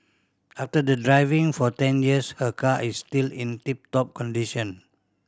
after the driving for ten years her car is still in tip top condition